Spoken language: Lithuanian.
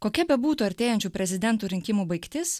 kokia bebūtų artėjančių prezidentų rinkimų baigtis